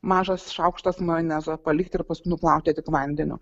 mažas šaukštas majonezo palikti ir paskui nuplauti tik vandeniu